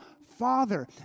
father